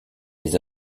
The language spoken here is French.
les